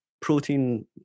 protein